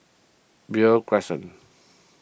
Beo Crescent